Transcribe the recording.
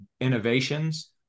innovations